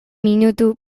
minutu